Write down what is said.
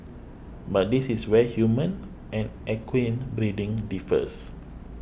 but this is where human and equine breeding differs